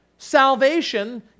salvation